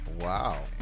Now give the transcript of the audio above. Wow